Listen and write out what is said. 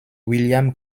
william